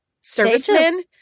servicemen